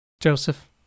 Joseph